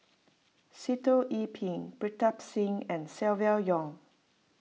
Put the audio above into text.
Sitoh Yih Pin Pritam Singh and Silvia Yong